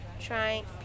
trying